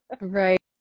Right